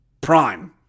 Prime